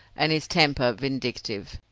and his temper vindictive.